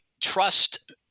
trust